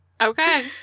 Okay